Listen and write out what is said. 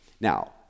Now